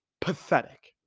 pathetic